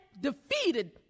defeated